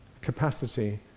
capacity